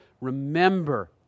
remember